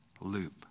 loop